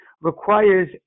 requires